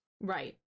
Right